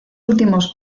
últimos